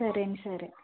సరే అండి సరే